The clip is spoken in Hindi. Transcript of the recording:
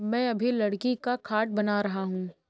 मैं अभी लकड़ी का खाट बना रहा हूं